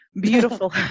Beautiful